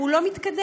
הוא לא מתקדם,